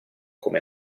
come